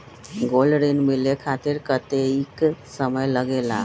Gold ऋण मिले खातीर कतेइक समय लगेला?